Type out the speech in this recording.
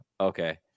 Okay